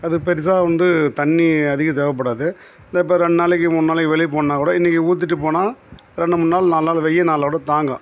அது பெருசாக வந்து தண்ணி அதிகம் தேவைப்படாது இந்த இப்போ ரெண்டு நாளைக்கு மூணு நாளைக்கு வெளியே போன்னன்னா கூட இன்றைக்கி ஊற்றிட்டு போனால் ரெண்டு மூணு நாள் நாலு நாள் வெயில் நாளில் கூட தாங்கும்